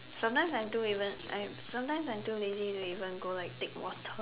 sometimes I don't even I sometimes I'm too lazy to even go like take water